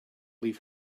leave